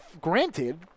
granted